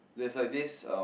there's like this um